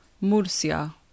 Murcia